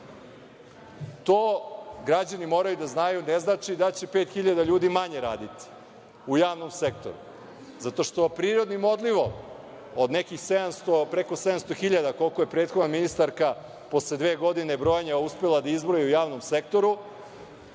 To, građani moraju da znaju, ne znači da će 5.000 ljudi manje raditi u javnom sektoru, zato što prirodnim odlivom od nekih preko 700.000, koliko je prethodna ministarka, posle dve godine brojanja, uspela da izbroji u javnom sektoru,